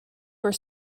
were